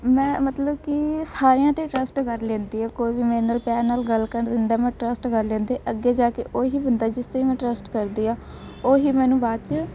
ਮੈਂ ਮਤਲਬ ਕਿ ਸਾਰਿਆਂ 'ਤੇ ਟਰੱਸਟ ਕਰ ਲੈਂਦੀ ਏ ਕੋਈ ਵੀ ਮੇਰੇ ਨਾਲ ਪਿਆਰ ਨਾਲ ਗੱਲ ਕਰ ਦਿੰਦਾ ਮੈਂ ਟਰੱਸਟ ਕਰ ਲੈਂਦੀ ਅੱਗੇ ਜਾ ਕੇ ਉਹੀ ਬੰਦਾ ਜਿਸ 'ਤੇ ਮੈਂ ਟਰੱਸਟ ਕਰਦੀ ਆ ਉਹੀ ਮੈਨੂੰ ਬਾਅਦ 'ਚ